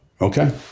Okay